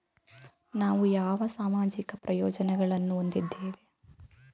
ನಾವು ಯಾವ ಸಾಮಾಜಿಕ ಪ್ರಯೋಜನಗಳನ್ನು ಹೊಂದಿದ್ದೇವೆ?